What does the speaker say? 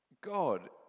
God